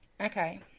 Okay